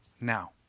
now